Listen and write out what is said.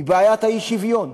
היא בעיית האי-שוויון.